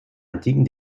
antiken